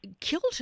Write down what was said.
killed